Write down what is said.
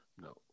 No